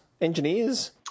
Engineers